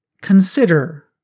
consider